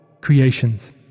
creations